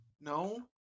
No